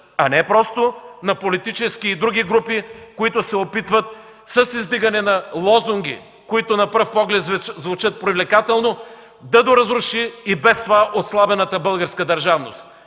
а не просто на политически и други групи, които се опитват с издигане на лозунги, които на пръв поглед звучат привлекателно, да доразрушат и без това отслабената българска държавност.